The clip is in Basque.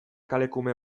kalekume